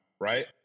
right